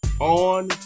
on